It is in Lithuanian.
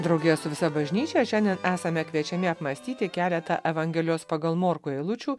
drauge su visa bažnyčia šiandien esame kviečiami apmąstyti keletą evangelijos pagal morkų eilučių